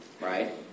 right